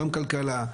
גם כלכלה,